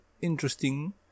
interesting